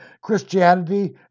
Christianity